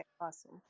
awesome